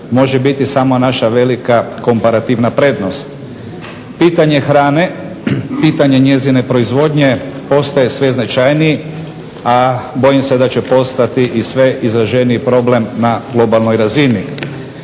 može biti samo naša velika komparativna prednost. Pitanje hrane, pitanje njezine proizvodnje postaje sve značajniji, a bojim se da će postati i sve izraženiji problem na globalnoj razini.